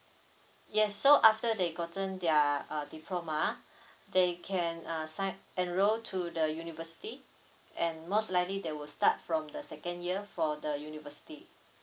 yes so after they gotten their uh diploma they can uh sign enrol to the university and most likely they will start from the second year for the university